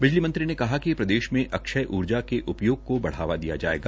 बिजली मंत्री ने कहा कि प्रदेश में अक्षय ऊर्जा के उपयोग को बढावा दिया जाएगा